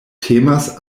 temas